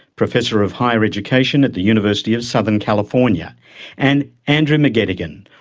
professor of higher education at the university of southern california and andrew mcgettigan,